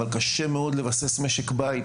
אבל קשה מאוד לבסס משק בית,